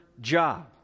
job